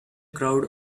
crowd